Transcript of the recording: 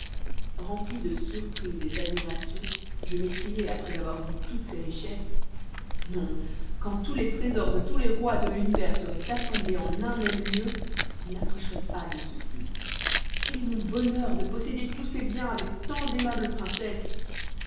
rempli de surprise et d'admiration je m'écriai après avoir vu toutes ces richesses non quand tous les trésors de tous les rois de l'univers seraient assemblés en un même lieu ils n'approcheraient pas de ceux-ci quel est mon bonheur de posséder tous ces biens avec tant d'aimables princesses